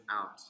out